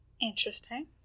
Interesting